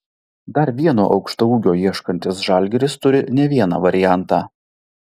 dar vieno aukštaūgio ieškantis žalgiris turi ne vieną variantą